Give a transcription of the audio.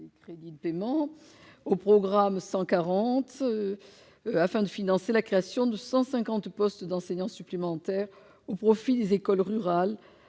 du programme 141 vers le programme 140, afin de financer la création de 150 postes d'enseignants supplémentaires au profit des écoles rurales.